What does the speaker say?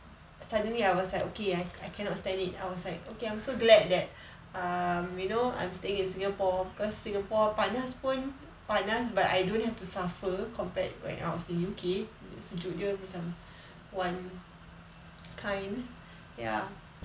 suddenly I was like okay I I cannot stand it I was like okay I'm so glad that um you know I'm staying in singapore cause singapore panas pun panas but I don't have to suffer compared when I was in U_K sejuk dia macam one kind ya